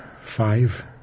Five